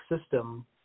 system